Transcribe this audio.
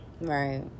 Right